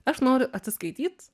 aš noriu atsiskaityt